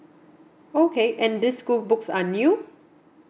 okay and this school books are new